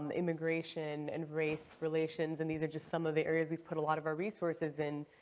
um immigration, and race relations, and these are just some of the areas we've put a lot of our resources in,